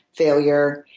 failure.